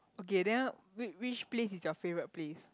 okay then wh~ which place is your favourite place